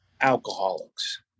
alcoholics